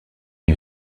you